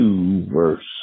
verse